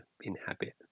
inhabit